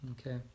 okay